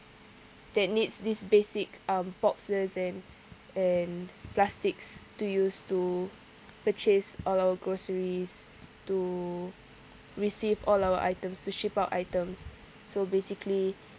that needs this basic um boxes and and plastics to use to purchase all our groceries to receive all our items to ship out items so basically